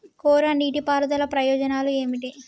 కోరా నీటి పారుదల ప్రయోజనాలు ఏమిటి?